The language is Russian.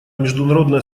международное